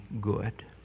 good